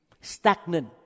stagnant